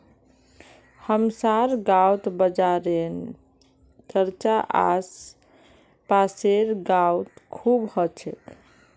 हमसार गांउत बाजारेर चर्चा आस पासेर गाउत खूब ह छेक